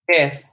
Yes